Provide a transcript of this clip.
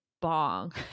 bong